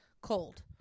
cold